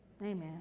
Amen